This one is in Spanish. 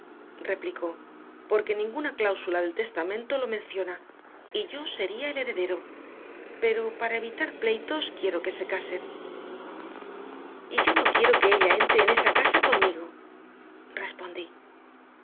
replicó porque ninguna cláusula del testamento lo menciona y yo sería el heredero pero para evitar pleitos quiero que se casen y yo no quiero que ella entre en esa casa conmigo respondí